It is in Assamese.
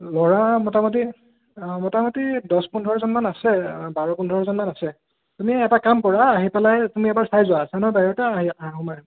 ল'ৰা মোটামুটি মোটামুটি দহ পোন্ধৰজন মান আছে বাৰ পোন্ধৰজন মান আছে তুমি এটা কাম কৰা আহি পেলাই তুমি এবাৰ চাই যোৱা আছা নহয় বাহিৰতে আহি আহা সোমাই আহা